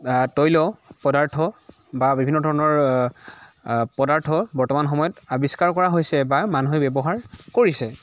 তৈল পদাৰ্থ বা বিভিন্ন ধৰণৰ পদাৰ্থ বৰ্তমান সময়ত আৱিষ্কাৰ কৰা হৈছে বা মানুহে ব্যৱহাৰ কৰিছে